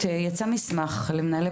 שזה כמובן לא על פי